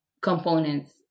components